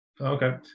Okay